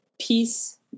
peace